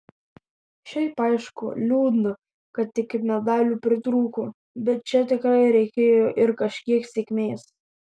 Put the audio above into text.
šiaip aišku liūdna kad iki medalių pritrūko bet čia tikrai reikėjo ir kažkiek sėkmės